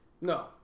No